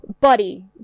buddy